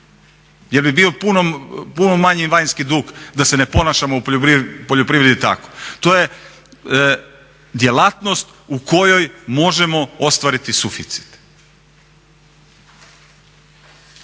Jer bi bio puno manji vanjski dug da se ne ponašamo u poljoprivredi tako. To je djelatnost u kojoj možemo ostvariti suficit.